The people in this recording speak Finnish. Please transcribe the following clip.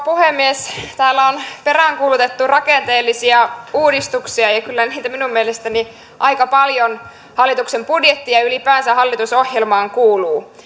puhemies täällä on peräänkuulutettu rakenteellisia uudistuksia ja kyllä niitä minun mielestäni aika paljon hallituksen budjettiin ja ylipäänsä hallitusohjelmaan kuuluu